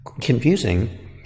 confusing